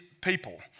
people